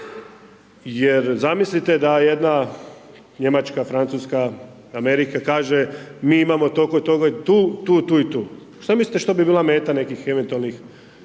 jer, zamislite da jedna Njemačka, Francuska, Amerika kaže, mi imamo toliko i toliko toga tu, tu, tu i tu. Što mislite, što bi bila meta nekih eventualnih